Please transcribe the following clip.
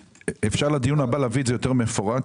אפשר להביא את זה לדיון הבא יותר מפורט?